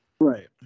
Right